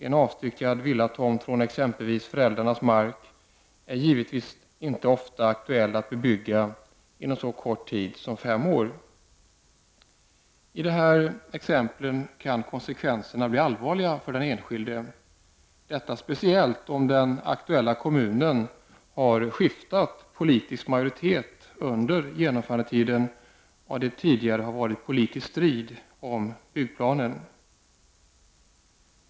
En avstyckad villatomt från exempelvis föräldrarnas mark är givetvis inte ofta aktuell att bebygga inom så kort tid som fem år. I de här exemplen kan konsekvenserna bli allvarliga för den enskilde. Detta speciellt om den aktuella kommunen har skiftat politisk majoritet under genomförandetiden och det tidigare varit politisk strid om byggplanen.